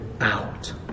out